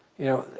you know, oh,